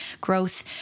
growth